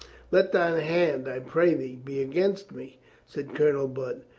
let thine hand, i pray thee, be against me said colonel budd.